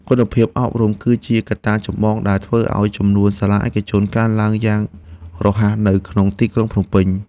គុណភាពអប់រំគឺជាកត្តាចម្បងដែលធ្វើឱ្យចំនួនសាលាឯកជនកើនឡើងយ៉ាងរហ័សនៅក្នុងទីក្រុងភ្នំពេញ។